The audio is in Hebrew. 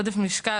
בנוסף,